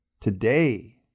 Today